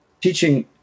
teaching